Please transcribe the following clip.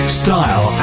style